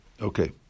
Okay